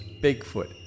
Bigfoot